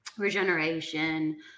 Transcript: regeneration